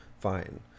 fine